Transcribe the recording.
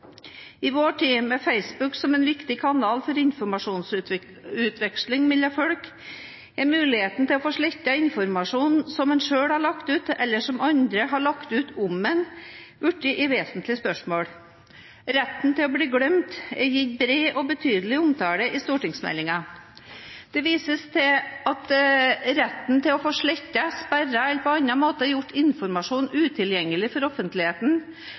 I vår tid, med Facebook som en viktig kanal for informasjonsutveksling folk imellom, er muligheten til å få slettet informasjon som en selv har lagt ut, eller som andre har lagt ut om en, blitt et vesentlig spørsmål. «Retten til å bli glemt» er gitt bred og betydelig omtale i stortingsmeldingen. Det vises til at retten til å få slettet, sperret eller på annen måte gjort informasjon utilgjengelig for offentligheten